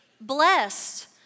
blessed